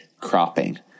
cropping